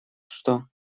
что